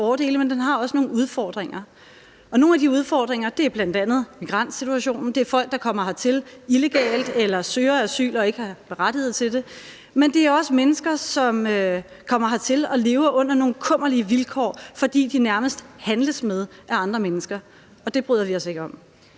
men der er også nogle udfordringer, og en af de udfordringer er migrantsituationen, folk, der kommer hertil illegalt eller søger asyl og ikke er berettiget til at få det, men det er også mennesker, som kommer hertil og lever under nogle kummerlige vilkår, fordi der nærmest handles med dem af andre mennesker, og det bryder vi os ikke om.